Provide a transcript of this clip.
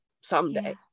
someday